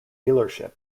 dealership